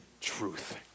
truth